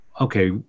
Okay